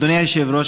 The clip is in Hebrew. אדוני היושב-ראש,